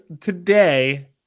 today